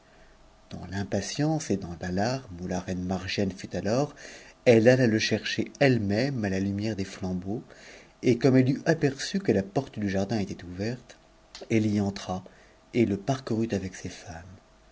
dans l'impatience et dans l'alarme où la reine margiane fut a oi's alla le chercher elle-même à la uutière des flambeaux et comme elle aperçu que la porte du jardin était ouverte elle y entra et le pa'com avec ses femmes